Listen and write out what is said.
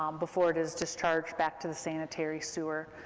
um before it is discharged back to the sanitary sewer.